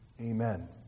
amen